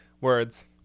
words